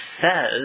says